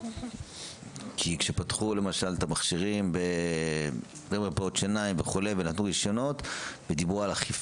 כי שפתחו את המכשירים במרפאות שיניים ודיברו על אכיפה,